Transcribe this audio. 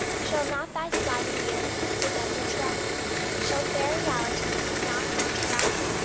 shall not thy sliding years with them retract shall fair realities not counteract?